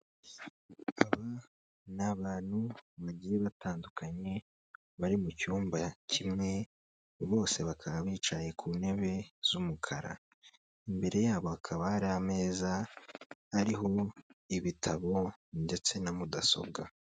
Aba ni abantu bagiye batandukanye bari mu cyumba kimwe, bose bakaba bicaye ku ntebe z'umukara, imbere yabo hakaba hari ameza ariho ibitabo ndetse na mudasobwa.